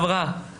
אין לו עתיד.